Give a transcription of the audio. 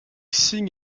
signe